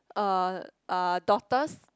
uh daughter's